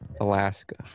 Alaska